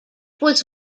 was